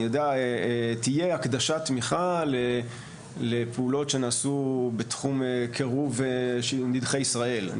תהיה הקדשת תמיכה לפעולות שנעשו בתחום קירוב של נדחי ישראל.